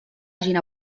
hagin